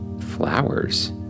flowers